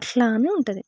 అట్లా అని ఉంటుంది